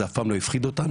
זה אף פעם לא הפחיד אותנו.